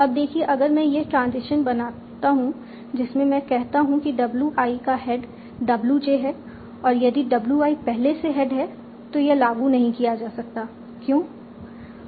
अब देखिए अगर मैं यह ट्रांजिशन बनाता हूं जिसमें मैं कहता हूं कि w i का हेड w j है और यदि w i पहले से हेड है तो यह लागू नहीं किया जा सकता क्यों